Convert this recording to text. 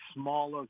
smaller